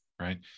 Right